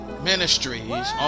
Ministries